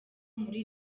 muri